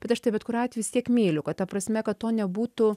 bet aš tave bet kurio atvejų vis tiek myliu kad ta prasme kad to nebūtų